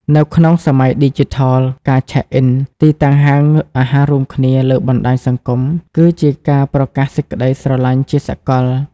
នៅក្នុងសម័យឌីជីថល ការឆែកអ៊ិន (Check-in) ទីតាំងហាងអាហាររួមគ្នាលើបណ្ដាញសង្គម គឺជាការប្រកាសក្ដីស្រឡាញ់ជាសកល។